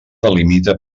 delimita